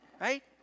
Right